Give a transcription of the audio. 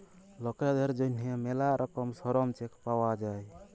লকদের জ্যনহে ম্যালা রকমের শরম চেক পাউয়া যায়